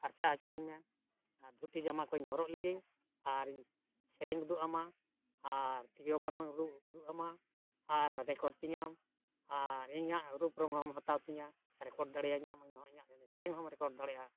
ᱯᱷᱟᱨᱪᱟ ᱦᱚᱪᱚᱣᱟᱹᱧᱢᱮ ᱟᱨ ᱫᱷᱩᱛᱤ ᱡᱟᱢᱟ ᱠᱚᱧ ᱦᱚᱨᱚᱜ ᱞᱮᱜᱮ ᱟᱨ ᱤᱧ ᱥᱮᱨᱮᱧ ᱩᱫᱩᱜ ᱟᱢᱟ ᱟᱨ ᱛᱤᱨᱭᱳ ᱵᱟᱱᱟᱢ ᱩᱫᱩᱜ ᱟᱢᱟ ᱟᱨ ᱨᱮᱠᱚᱨᱰ ᱛᱤᱧᱟᱹᱢ ᱟᱨ ᱤᱧᱟᱹᱜ ᱨᱩᱯ ᱨᱚᱝ ᱦᱚᱸᱢ ᱦᱟᱛᱟᱣ ᱛᱤᱧᱟᱹ ᱨᱮᱠᱚᱨᱰ ᱫᱟᱲᱮᱭᱟᱹᱧᱟᱢ ᱤᱧᱦᱚᱸ ᱤᱧᱟᱹᱜ ᱥᱮᱨᱮᱧ ᱦᱚᱸᱢ ᱨᱮᱠᱚᱨᱰ ᱫᱟᱲᱮᱭᱟᱜᱼᱟ